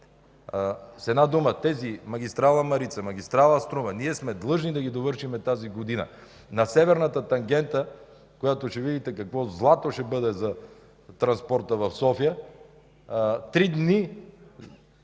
С една дума, магистрала „Марица”, магистрала „Струма” сме длъжни да ги довършим тази година. На Северната тангента, която ще видите какво злато ще бъде за транспорта в София, три дни